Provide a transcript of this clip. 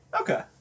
Okay